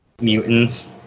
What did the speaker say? mutants